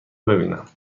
ببینم